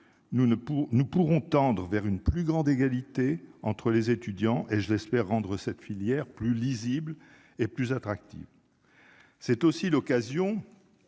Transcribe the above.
nous pourrons tendre vers une plus grande égalité entre les étudiants et je l'espère rendre cette filière plus lisible et plus attractive, c'est aussi l'occasion